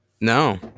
no